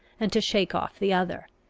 and to shake off the other.